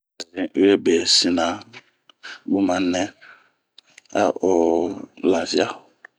Zin'ue be sina ,bun ma nɛ ao lafia.